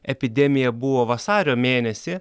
epidemija buvo vasario mėnesį